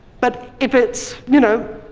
but if it's, you know,